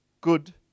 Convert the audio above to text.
good